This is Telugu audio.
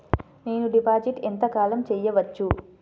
నేను డిపాజిట్ ఎంత కాలం చెయ్యవచ్చు?